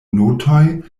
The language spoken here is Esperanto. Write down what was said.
notoj